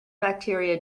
bacteria